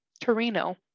Torino